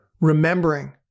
remembering